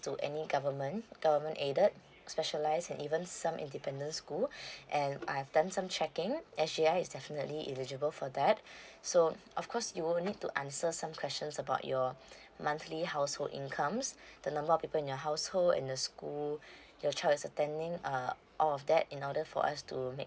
to any government government aided specialised and even some independent school and I've done some checking S_J_I is definitely eligible for that so of course you will need to answer some questions about your monthly household incomes the number of people in your household in the school your child is attending uh all of that in order for us to make